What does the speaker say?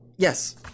Yes